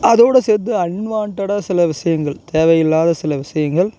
அதோட சேர்த்து அன்வான்டடாக சில விஷயங்கள் தேவையில்லாத சில விஷயங்கள்